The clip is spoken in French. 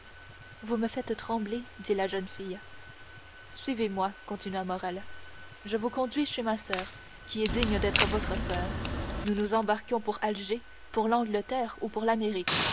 vous me faites trembler dit la jeune fille suivez-moi continua morrel je vous conduis chez ma soeur qui est digne d'être votre soeur nous nous embarquerons pour alger pour l'angleterre ou pour l'amérique